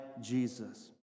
Jesus